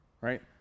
right